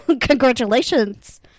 Congratulations